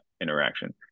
interaction